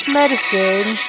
medicine